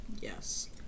Yes